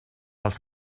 als